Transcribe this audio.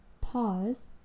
pause